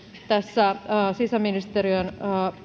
tässä sisäministeriön